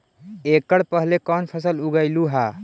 एकड़ पहले कौन फसल उगएलू हा?